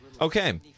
Okay